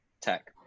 tech